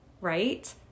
right